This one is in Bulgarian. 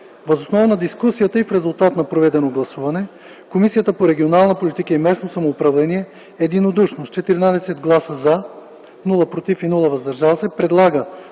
Въз основа на дискусията и в резултат на проведено гласуване, Комисията по регионална политика и местно самоуправление единодушно с 14 гласа – „за”, без - „против” и „въздържали се”, предлага